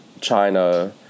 China